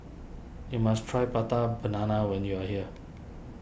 you must try Prata Banana when you are here